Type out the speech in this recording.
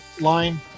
line